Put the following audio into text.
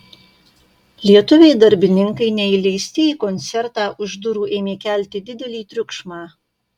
lietuviai darbininkai neįleisti į koncertą už durų ėmė kelti didelį triukšmą